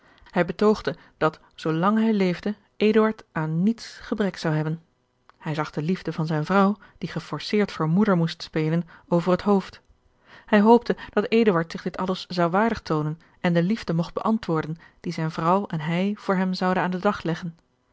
betoogde dat zoolang hij leefde eduard aan niets gebrek zou hebben hij zag de liefde van zijne vrouw die geforceerd voor moeder moest spelen over het hoofd hij hoopte dat eduard zich dit alles zou waardig toonen en de liefde mogt beantwoorden die zijne vrouw en hij voor hem zouden aan den dag leggen